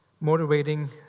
motivating